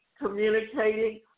communicating